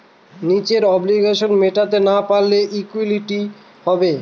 নিজের অব্লিগেশনস মেটাতে না পারলে লিকুইডিটি হবে